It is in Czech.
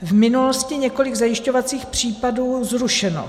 V minulosti několik zajišťovacích případů zrušeno.